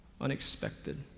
unexpected